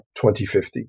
2050